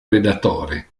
redattore